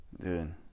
Dude